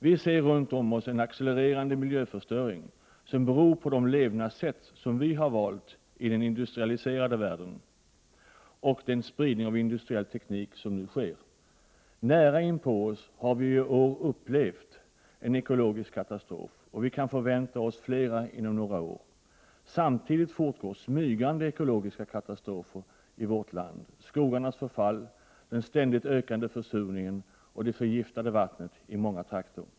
Vi ser runt omkring oss en accelererande miljöförstöring, som beror på de levnadssätt som vi har valt i den industrialiserade världen och den spridning av industriell teknik som nu sker. Nära inpå oss har vi i år upplevt en ekologisk katastrof, och vi kan förvänta oss fler inom några år. Samtidigt pågår smygande ekologiska katastrofer i vårt land: skogarnas förfall, den ständigt ökande försurningen och det förgiftade vattnet i många trakter.